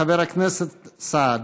חבר הכנסת סעד.